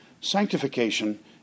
sanctification